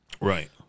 Right